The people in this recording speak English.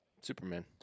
Superman